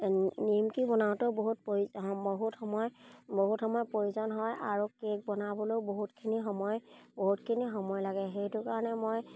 নিমকি বনাওঁতেও বহুত বহুত সময় বহুত সময়ৰ প্ৰয়োজন হয় আৰু কেক বনাবলৈও বহুতখিনি সময় বহুতখিনি সময় লাগে সেইটো কাৰণে মই